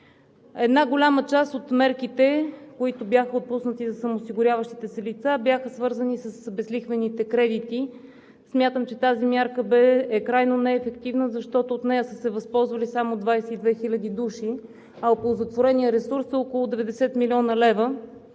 Една голяма част от мерките, които бяха отпуснати за самоосигуряващите се лица, бяха свързани с безлихвените кредити. Смятам, че тази мярка е крайно неефективна, защото от нея са се възползвали само 22 хиляди души, а оползотвореният ресурс е около 90 млн. лв.